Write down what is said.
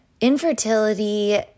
infertility